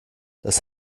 das